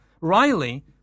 Riley